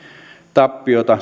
tappiota